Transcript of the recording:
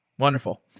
wonderful.